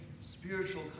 spiritual